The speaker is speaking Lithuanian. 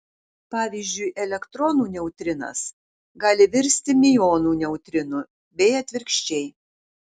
pavyzdžiui elektronų neutrinas gali virsti miuonų neutrinu bei atvirkščiai